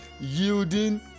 yielding